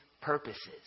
purposes